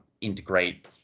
integrate